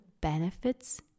benefits